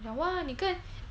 !wah! 你看